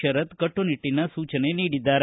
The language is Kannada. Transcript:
ಶರತ್ ಕಟ್ಟುನಿಟ್ಟನ ಸೂಚನೆ ನೀಡಿದ್ದಾರೆ